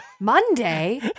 Monday